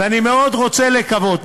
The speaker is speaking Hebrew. ואני מאוד רוצה לקוות,